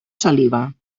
saliva